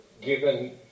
given